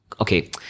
okay